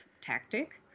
tactic